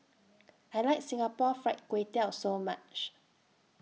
I like Singapore Fried Kway Tiao very much